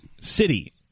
city